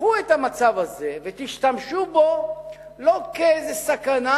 קחו את המצב הזה ותשתמשו בו לא כאיזו סכנה,